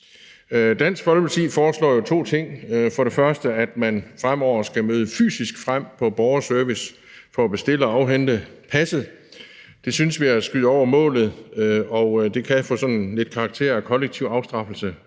Dansk Folkeparti foreslår jo to ting: for det første at man fremover skal møde fysisk frem på borgerservice for at bestille og afhente passet. Det synes vi er at skyde lidt over målet, og det kan få sådan lidt karakter af kollektiv afstraffelse,